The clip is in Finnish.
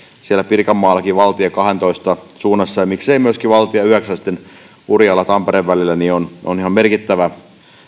siellä pirkanmaallakin valtatien kahdessatoista suunnassa ja miksei myöskin valtatiellä yhdeksän urjalan ja tampereen välillä ne ovat ihan merkittävä